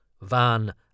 Van